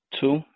Two